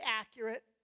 accurate